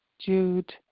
Jude